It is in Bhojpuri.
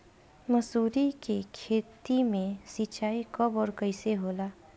मसुरी के खेती में सिंचाई कब और कैसे होला?